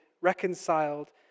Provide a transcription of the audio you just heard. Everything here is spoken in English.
reconciled